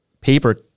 paper